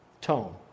tone